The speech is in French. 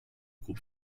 groupe